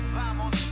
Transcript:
vamos